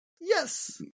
yes